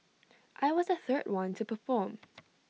I was the third one to perform